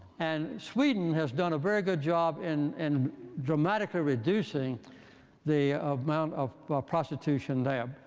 and sweden has done a very good job in and dramatically reducing the amount of prostitution there,